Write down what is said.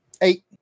Eight